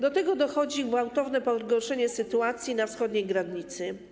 Do tego dochodzi gwałtowne pogorszenie sytuacji na wschodniej granicy.